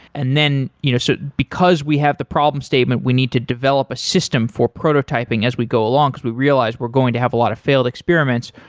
and you know so because we have the problem statement, we need to develop a system for prototyping as we go along, because we realized we're going to have a lot of failed experiments.